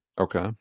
Okay